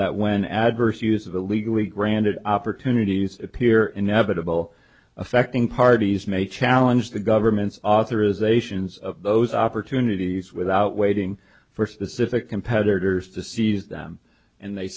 that when adverse use of illegally granted opportunities appear inevitable affecting parties may challenge the government's authorisations of those opportunities without waiting for specific competitors to seize them and they